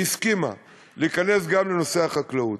והיא הסכימה להיכנס גם לנושא החקלאות.